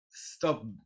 Stop